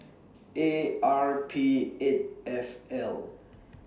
A R P eight F L